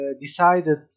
decided